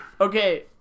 Okay